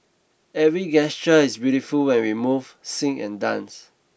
every gesture is beautiful when we move sing and dance